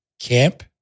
camp